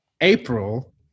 April